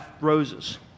roses